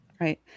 Right